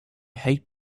hate